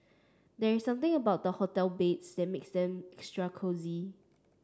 there is something about hotel beds that makes them extra cosy